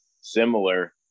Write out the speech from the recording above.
similar